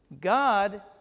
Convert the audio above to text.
God